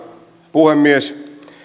puhemies